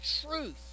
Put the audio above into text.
truth